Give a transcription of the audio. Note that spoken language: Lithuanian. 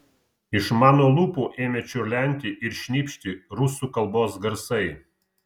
iš mano lūpų ėmė čiurlenti ir šnypšti rusų kalbos garsai